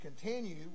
continue